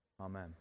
Amen